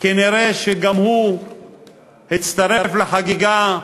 כנראה שגם הוא הצטרף לחגיגה ואמר: